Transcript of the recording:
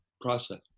process